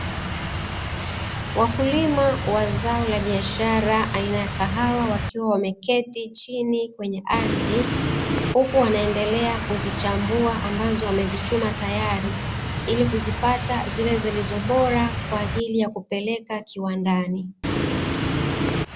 Wakulima wa zao la biashara aina ya kahawa, wakiwa wameketi chini kwenye ardhi huku wanaendelea kuzichambua ambazo wamezichuma tayari, ili kuzipata zile zilizo bora kwa ajili ya kupeleka kiwandani.